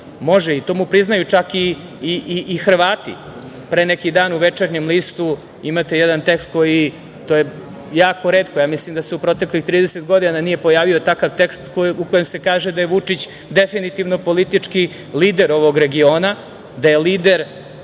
može i to mu priznaju čak i Hrvati. Pre neki dan u večernjem listu, imate jedan tekst koji, to je jako retko, ja mislim da se u proteklih 30 godina nije pojavio takav tekst u kojem se kaže da je Vučić definitivno politički lider ovog regiona, da je lider